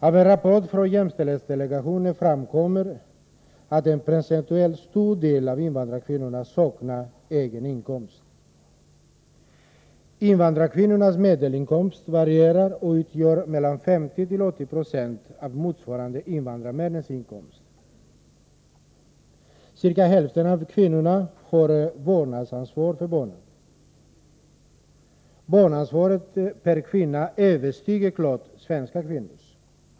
Av en rapport från jämställdhetsdelegationen framgår att en procentuellt stor andel av invandrarkvinnorna saknar egen inkomst. Deras medelinkomst varierar och utgör mellan 50 och 80 26 av invandrarmännens inkomst. Cirka hälften av kvinnorna har vårdnadsansvar för barn. Barnansvaret per kvinna överstiger klart svenska kvinnors.